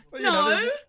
No